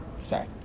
sorry